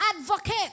advocate